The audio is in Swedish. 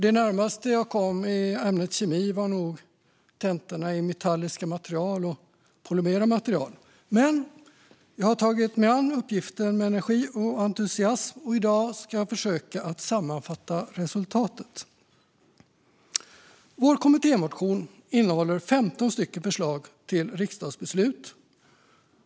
Det närmaste jag kom ämnet kemi på maskinlinjen var nog tentorna i metalliska material och polymera material. Men jag har tagit mig an uppgiften med energi och entusiasm, och i dag ska jag försöka att sammanfatta resultatet. Vår kommittémotion innehåller 15 förslag till riksdagsbeslut.